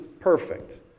perfect